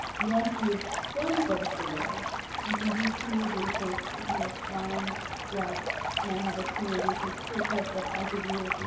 once you've filmed those videos, you can do keyword research to kind of find what, and i have a keyword research toolkit that i'll give you.